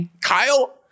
Kyle